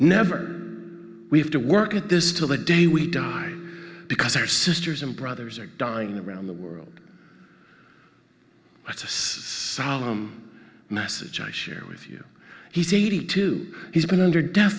never we have to work at this till the day we die because our sisters and brothers are dying around the world isis message i share with you he's eighty two he's been under death